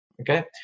Okay